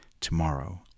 tomorrow